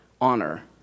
Honor